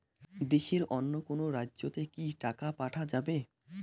দেশের অন্য কোনো রাজ্য তে কি টাকা পাঠা যাবে?